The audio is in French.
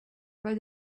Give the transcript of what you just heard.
pas